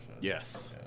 Yes